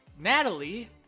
Natalie